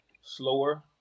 slower